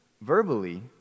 verbally